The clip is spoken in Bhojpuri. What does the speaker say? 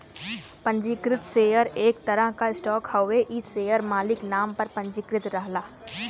पंजीकृत शेयर एक तरह क स्टॉक हउवे इ शेयर मालिक नाम पर पंजीकृत रहला